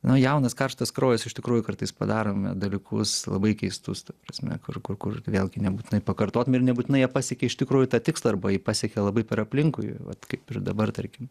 nu jaunas karštas kraujas iš tikrųjų kartais padarome dalykus labai keistus ta prasme kur kur kur vėlgi nebūtinai pakartotum ir nebūtinai jie pasiekia iš tikrųjų tą tikslą arba jį pasiekė labai per aplinkui vat kaip ir dabar tarkim